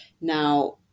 Now